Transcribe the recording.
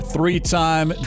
Three-time